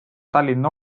tallinna